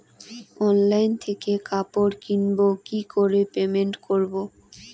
Online থেকে কাপড় কিনবো কি করে পেমেন্ট করবো?